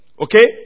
Okay